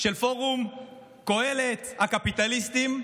של פורום קהלת הקפיטליסטים,